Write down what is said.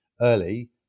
early